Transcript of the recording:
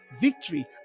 victory